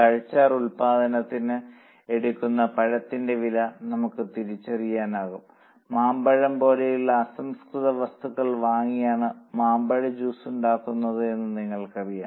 പഴച്ചാർ ഉൽപ്പാദനത്തിന് എടുക്കുന്ന പഴത്തിന്റെ വില നമുക്ക് തിരിച്ചറിയാനാകും മാമ്പഴം പോലുള്ള അസംസ്കൃത വസ്തുക്കൾ വാങ്ങിയാണ് മാമ്പഴ ജ്യൂസ് ഉണ്ടാക്കുന്നുവെന്ന് നിങ്ങൾക്കറിയാം